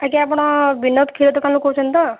ଆଜ୍ଞା ଆପଣ ବିନୋଦ କ୍ଷୀର ଦୋକାନରୁ କହୁଛନ୍ତି ତ